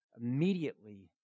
Immediately